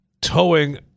towing